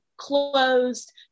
closed